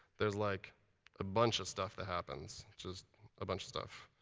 there's like a bunch of stuff that happens. which is a bunch of stuff.